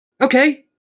Okay